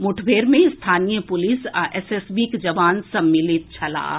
मुठभेड़ मे स्थानीय पुलिस आ एसएसबीक जवान सम्मिलित छलाह